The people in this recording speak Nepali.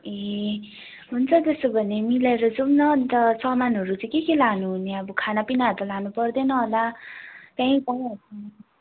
ए हुन्छ त्यसो भने मिलाएर जाउँ न अन्त सामानहरू चाहिँ के के लानुहुने अब खानापिनाहरू त लानुपर्दैन होला त्यहीँ पाइहाल्छ